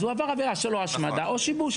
אז הוא עבר עבירה של השמדה או שיבוש.